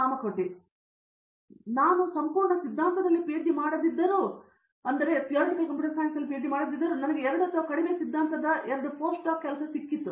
ಕಾಮಕೋಟಿ ಸರಿ ಆದ್ದರಿಂದ ನನಗೆ ತೆಗೆದುಕೊಳ್ಳಲು ಅವಕಾಶ ನಾನು ಸಂಪೂರ್ಣ ಸಿದ್ಧಾಂತದಲ್ಲಿ ಪಿಎಚ್ಡಿ ಮಾಡದಿದ್ದರೂ ನನಗೆ ಎರಡು ಅಥವಾ ಕಡಿಮೆ ಸಿದ್ಧಾಂತದ ಎರಡು postdocs ಕೆಲಸ ಕೆಲಸ ಸಿಕ್ಕಿತು